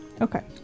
Okay